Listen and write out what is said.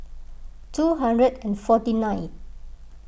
two hundred and forty ninth